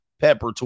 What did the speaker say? pepper